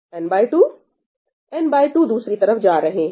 n2 दूसरी तरफ जा रहे हैं